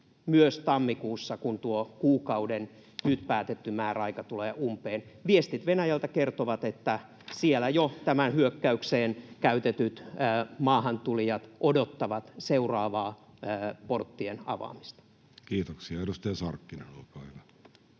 myös tammikuussa, kun tuo kuukauden nyt päätetty määräaika tulee umpeen? Viestit Venäjältä kertovat, että siellä jo tähän hyökkäykseen käytetyt maahantulijat odottavat seuraavaa porttien avaamista. Kiitoksia. — Edustaja Sarkkinen, olkaa hyvä.